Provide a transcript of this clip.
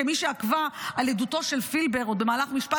כמי שעקבה אחרי עדותו של פילבר עוד במהלך משפט